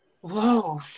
whoa